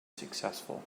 successful